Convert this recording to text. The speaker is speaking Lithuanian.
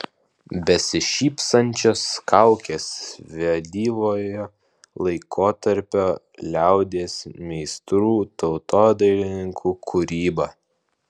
besišypsančios kaukės vėlyvojo laikotarpio liaudies meistrų tautodailininkų kūryba